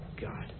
God